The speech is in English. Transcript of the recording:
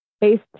based